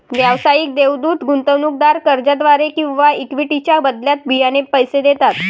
व्यावसायिक देवदूत गुंतवणूकदार कर्जाद्वारे किंवा इक्विटीच्या बदल्यात बियाणे पैसे देतात